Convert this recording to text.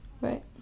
right